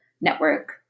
network